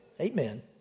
Amen